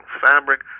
fabric